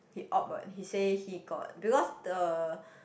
he opt what he say he got because the